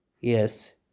Yes